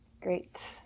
Great